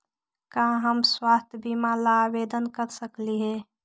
का हम स्वास्थ्य बीमा ला आवेदन कर सकली हे?